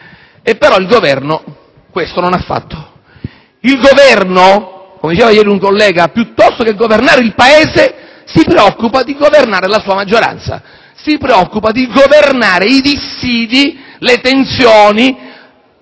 Però, il Governo questo non lo ha fatto. Il Governo, come ha detto ieri un collega, piuttosto che governare il Paese, si preoccupa di governare la sua maggioranza; si preoccupa di governare i dissidi, le tensioni